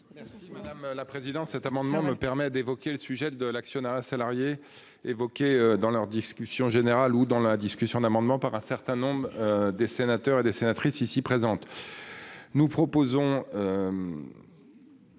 Madame la présidente. Cet amendement me permet d'évoquer le sujet de l'actionnariat salarié. Dans leur discussion générale ou dans la discussion d'amendements par un certain nombre des sénateurs et les sénatrices ici présentes. Nous proposons.